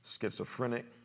schizophrenic